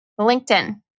LinkedIn